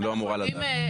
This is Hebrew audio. היא לא אמורה לדעת.